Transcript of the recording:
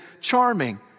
charming